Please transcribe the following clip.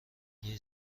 این